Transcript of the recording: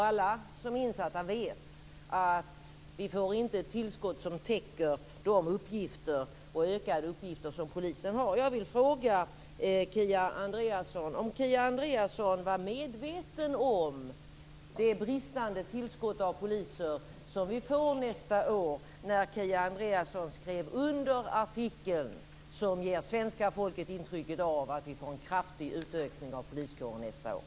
Alla som är insatta vet att vi inte får ett tillskott som täcker de utökade uppgifter polisen har. Jag vill fråga Kia Andreasson om hon var medveten om det bristande tillskott av poliser som vi får nästa år när hon skrev under artikeln, som ger svenska folket intrycket av att vi får en kraftig utökning av poliskåren nästa år.